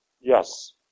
Yes